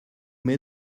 met